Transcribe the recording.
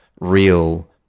real